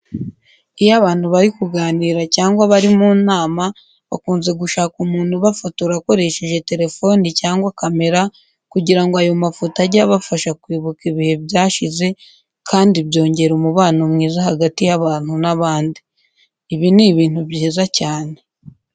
Iyo abantu bari kuganira cyangwa bari mu nama, bakunze gushaka umuntu ubafotora akoresheje telefoni cyangwa kamera kugira ngo ayo mafoto ajye abafasha kwibuka ibihe byashize kandi byongera umubano mwiza hagati y'abantu n'abandi. Ibi ni ibintu byiza cyane.